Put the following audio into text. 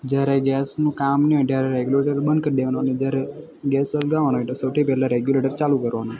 જ્યારે ગેસનું કામ ન હોય ત્યારે રેગ્યુલેટર બંધ કરી દેવાનો અને જ્યારે ગેસ સળગવાનો હોય તો સૌથી પહેલા રેગ્યુલેટર ચાલુ કરવાનું